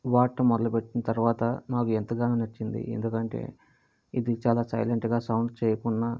వాడటం మొదలుపెట్టిన తరువాత నాకు ఎంతగానో నచ్చింది ఎందుకంటే ఇది చాలా సైలెంట్గా సౌండ్ చేయకున్నా